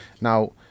Now